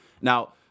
Now